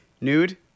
nude